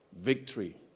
Victory